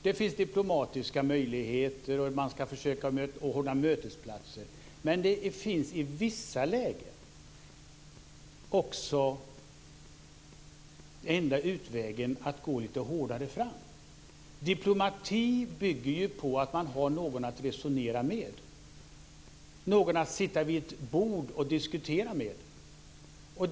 Det finns diplomatiska möjligheter. Man kan försöka ordna mötesplatser. Men det finns vissa lägen då den enda utvägen är att gå lite hårdare fram. Diplomati bygger ju på att man har någon att resonera med, någon att sitta vid ett bord och diskutera med.